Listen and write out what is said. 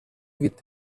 with